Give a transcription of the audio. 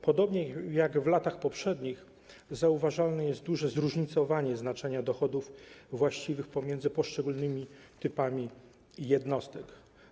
Podobnie jak w latach poprzednich zauważalne jest duże zróżnicowanie znaczenia dochodów właściwych pomiędzy poszczególnymi typami jednostek.